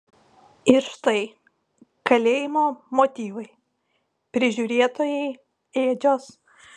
ir štai kalėjimo motyvai prižiūrėtojai ėdžios